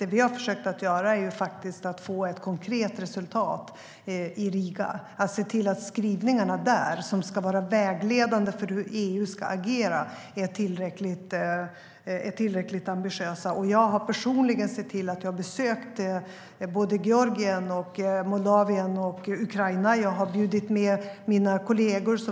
Det vi har försökt göra är att få ett konkret resultat i Riga och att se till att skrivningarna där, som ska vara vägledande för hur EU ska agera, är tillräckligt ambitiösa. Jag har personligen sett till att vi har besökt Georgien, Moldavien och Ukraina. Jag har bjudit med mina kollegor.